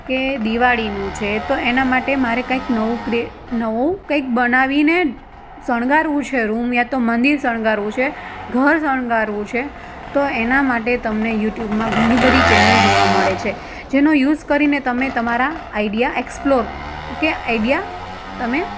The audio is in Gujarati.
કે દિવાળીનું છે તો એના માટે મારે કંઈક નવું નવું કંઈક બનાવીને શણગારવું છે રૂમ યા તો મંદિર શણગારવું છે ઘર શણગારવું છે તો એના માટે તમને યુટ્યુબમાં ઘણી બધી ચેનલ જોવા મળે છે જેનો યુઝ કરીને તમે તમારા આઈડિયા એક્સપ્લોર કે આઈડિયા તમે